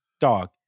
dog